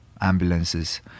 ambulances